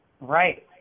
Right